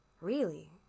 Really